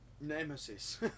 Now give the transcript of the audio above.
nemesis